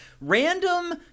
random